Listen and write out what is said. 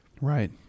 Right